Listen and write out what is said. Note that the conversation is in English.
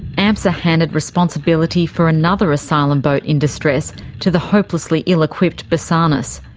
amsa handed responsibility for another asylum boat in distress to the hopelessly ill-equipped basarnas.